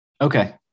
okay